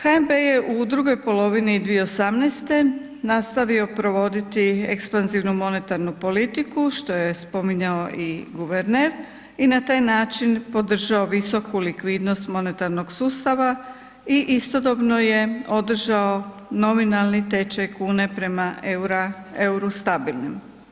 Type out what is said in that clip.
HNB u drugoj polovini 2018. nastavio provoditi ekspanzivnu monetarnu politiku što je spominjao i guverner i na taj način podržao visoku likvidnost monetarnog sustava i istodobno je održao nominalni tečaj kune prema euru stabilnim.